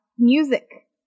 music